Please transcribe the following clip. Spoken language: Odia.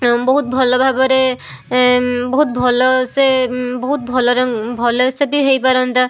ବହୁତ ଭଲ ଭାବରେ ବହୁତ ଭଲସେ ବହୁତ ଭଲରେ ଭଲସେ ବି ହେଇପାରନ୍ତା